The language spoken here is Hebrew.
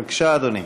בבקשה, אדוני.